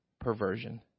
perversion